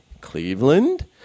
Cleveland